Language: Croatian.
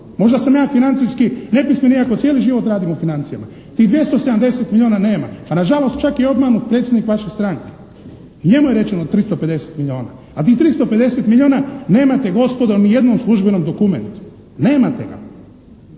Možda sam ja financijski nepismen iako cijeli život radim u financijama. Tih 270 milijuna nema, a na žalost čak je i obmanut predsjednik vaše stranke i njemu je rečeno 350 milijuna, a tih 350 milijuna nemate gospodo ni u jednom službenom dokumentu. Nemate ga.